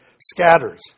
scatters